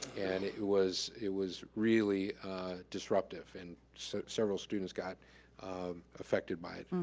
and it it was it was really disruptive and so several students got affected by it.